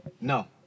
No